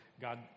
God